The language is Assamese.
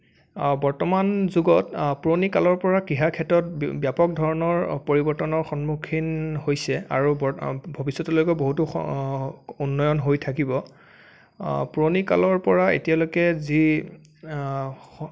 বৰ্তমান যুগত পুৰণিকালৰ পৰা ক্ৰীড়াৰ ক্ষেত্ৰত ব্যাপক ধৰণৰ পৰিৱৰ্তনৰ সন্মুখীন হৈছে আৰু ভৱিষতলৈকো বহুতো উন্নয়ন হৈ থাকিব পুৰণি কালৰ পৰা এতিয়ালৈকে যি